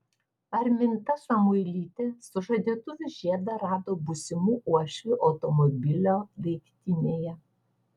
arminta samuilytė sužadėtuvių žiedą rado būsimų uošvių automobilio daiktinėje